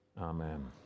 Amen